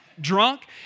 drunk